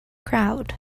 crowd